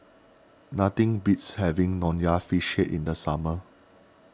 nothing beats having Nonya Fish Head in the summer